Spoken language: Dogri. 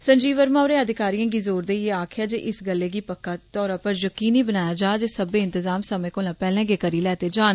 संजीव वर्मा होरें अधिकारिए गी जोर देईए आक्खेआ जे इस गल्लै गी पक्के तौरा पर यकीनी बनाया जा जे सब्बै इंतजाम समें कोला पैहले गै करी लैते जान